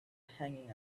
hanging